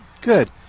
Good